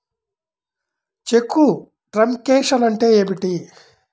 చెక్కు truncation అంటే ఏమిటి?